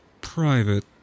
private